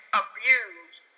abused